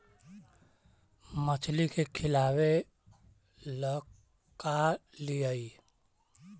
मछली के खिलाबे ल का लिअइ?